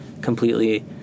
completely